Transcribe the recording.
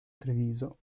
treviso